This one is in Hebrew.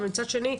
ומצד שני,